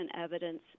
evidence